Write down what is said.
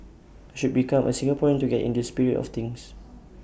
I should become A Singaporean to get in the spirit of things